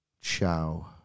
Ciao